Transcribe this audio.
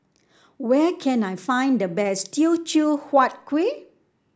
where can I find the best Teochew Huat Kueh